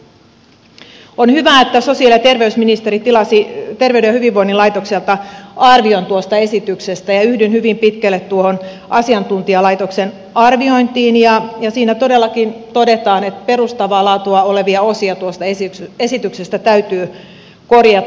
on hyvä että sosiaali ja terveysministeri tilasi terveyden ja hyvinvoinnin laitokselta arvion tuosta esityksestä ja yhdyn hyvin pitkälle tuohon asiantuntijalaitoksen arviointiin ja siinä todellakin todetaan että perustavaa laatua olevia osia tuosta esityksestä täytyy korjata